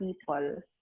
people